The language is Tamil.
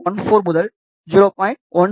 14 முதல் 0